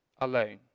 alone